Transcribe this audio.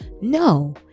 No